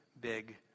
big